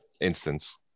instance